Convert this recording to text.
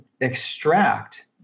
extract